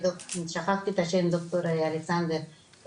דר' אלכסנדר,